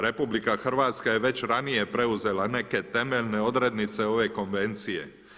RH je već ranije preuzela neke temeljne odrednice ove konvencije.